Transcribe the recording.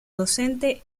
docente